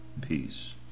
peace